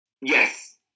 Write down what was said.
Yes